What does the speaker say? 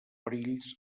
perills